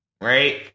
Right